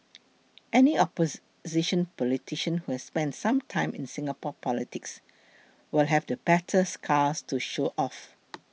any opposition politician who has spent some time in Singapore politics will have the battle scars to show off